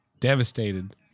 devastated